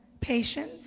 patience